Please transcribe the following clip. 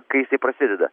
kai prasideda